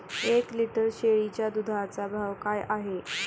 एक लिटर शेळीच्या दुधाचा भाव काय आहे?